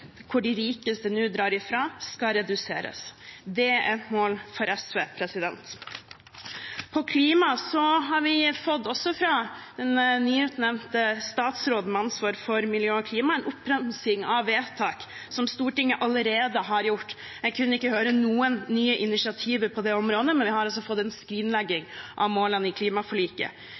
hvor de rikeste nå drar fra – skal reduseres. Det er et mål for SV. Når det gjelder klima, har vi også fra den nyutnevnte statsråden med ansvar for miljø og klima fått en oppramsing av vedtak som Stortinget allerede har fattet. Jeg kunne ikke høre noen nye initiativer på det området, men vi har fått en skrinlegging av målene i klimaforliket.